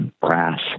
brass